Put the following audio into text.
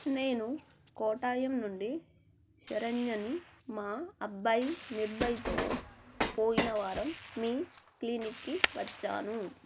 నేను కోటాయం నుండి శరణ్యని మా అబ్బాయి నిర్భయ్తో పోయిన వారం మీ క్లినిక్కి వచ్చాను